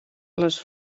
les